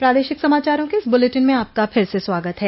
प्रादेशिक समाचारों के इस बुलेटिन में आपका फिर से स्वागत है